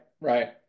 right